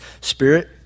Spirit